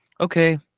Okay